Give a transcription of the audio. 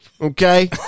Okay